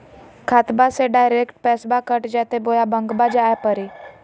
खाताबा से डायरेक्ट पैसबा कट जयते बोया बंकबा आए परी?